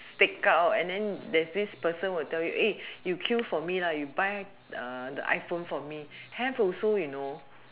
take out and then there's this person will tell you you queue for me you buy the iphone for me have also you know